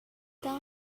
tell